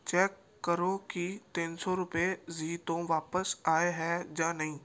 check ਕਰੋ ਕਿ ਤਿੰਨ ਸੌ ਰੁਪਏ ਜ਼ੀ ਤੋਂ ਵਾਪਿਸ ਆਏ ਹੈ ਜਾਂ ਨਹੀਂ